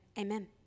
Amen